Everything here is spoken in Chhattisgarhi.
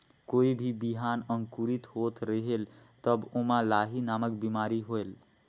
कोई भी बिहान अंकुरित होत रेहेल तब ओमा लाही नामक बिमारी होयल?